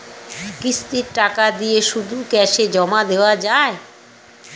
কিস্তির টাকা দিয়ে শুধু ক্যাসে জমা দেওয়া যায়?